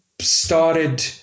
started